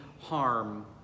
harm